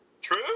True